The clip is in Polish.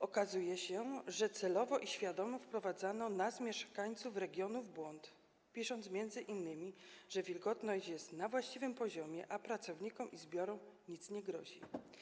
Okazuje się, że celowo i świadomie wprowadzano nas, mieszkańców regionu, w błąd, pisząc m.in., że wilgotność jest na właściwym poziomie, a pracownikom i zbiorom nic nie grozi.